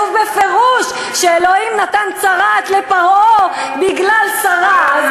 הרי כתוב בפירוש שאלוהים נתן צרעת לפרעה בגלל שרה.